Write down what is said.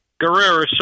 Guerrero